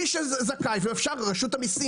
מי שזכאי, רשות המיסים